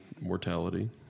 mortality